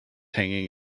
hanging